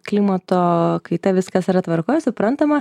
klimato kaita viskas yra tvarkoj suprantama